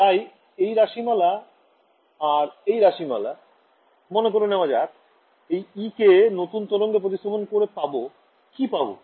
তাই এই রাশিমালা আর এই রাশিমালা মনে করে নেওয়া যাক এই E কে নতুন তরঙ্গে প্রতিস্থাপন করে পাবো কি পাবো